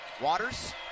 Waters